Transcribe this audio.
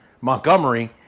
Montgomery